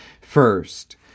First